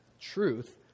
Truth